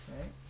right